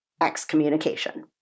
Excommunication